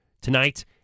tonight